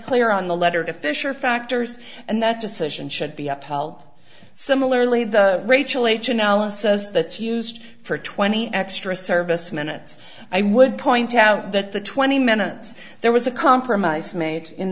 clear on the letter to fisher factors and that decision should be upheld similarly the rachel h analysis that's used for twenty extra service minutes i would point out that the twenty minutes there was a compromise made in